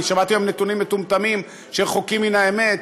כי שמעתי היום נתונים מטומטמים שרחוקים מן האמת